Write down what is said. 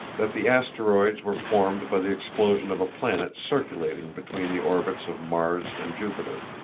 that the asteroids were formed by the explosion of a planet circulating between the orbits of mars and jupiter.